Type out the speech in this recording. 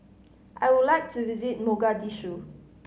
I would like to visit Mogadishu